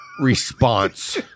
response